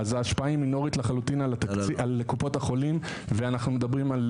אז ההשפעה היא מינורית לחלוטין על קופות החולים ואנחנו מדברים על